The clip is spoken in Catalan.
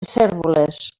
cérvoles